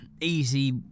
easy